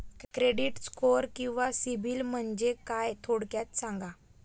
Credit score किंवा CIBIL म्हणजे काय? थोडक्यात सांगा